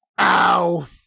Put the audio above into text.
Ow